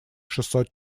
шестьсот